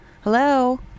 Hello